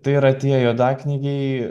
tai yra tie juodaknygiai